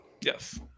Yes